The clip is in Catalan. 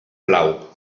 blau